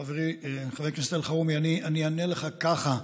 חברי חבר הכנסת אלחרומי, אני אענה לך כך: